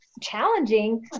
challenging